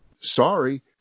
sorry